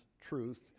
truth